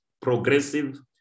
progressive